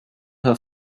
her